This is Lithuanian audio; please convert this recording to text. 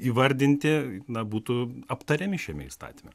įvardinti na būtų aptariami šiame įstatyme